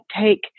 take